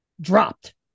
dropped